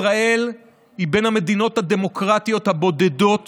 ישראל היא בין המדינות הדמוקרטיות הבודדות